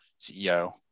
CEO